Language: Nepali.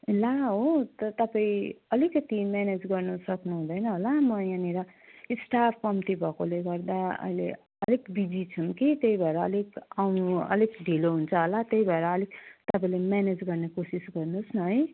ला हो त तपाईँ अलिकति म्यानेज गर्नु सक्नु हुँदैन होला म यहाँनिर स्टाफ कम्ती भएकोले गर्दा अहिले अलिक बिजी छौँ कि त्यही भएर अलिक आउनु अलिक ढिलो हुन्छ होला त्यही भएर अलिक तपाईँले म्यानेज गर्ने कोसिस गर्नुहोस् न है